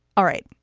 all right.